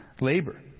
labor